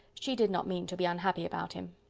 she did not mean to be unhappy about him.